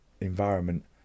environment